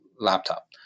laptop